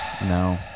no